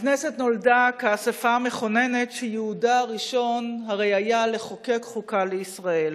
הכנסת נולדה כאספה המכוננת שייעודה הראשון הרי היה לחוקק חוקה לישראל.